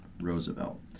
Roosevelt